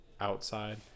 outside